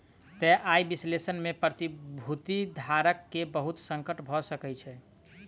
तय आय विश्लेषण में प्रतिभूति धारक के बहुत संकट भ सकै छै